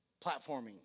platforming